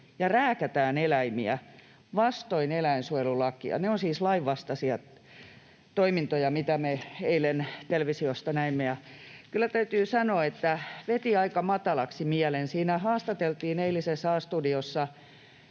ja rääkätään eläimiä vastoin eläinsuojelulakia. Ne ovat siis lainvastaisia toimintoja, mitä me eilen televisiosta näimme. Kyllä täytyy sanoa, että veti aika matalaksi mielen. Siinä eilisessä A-studiossa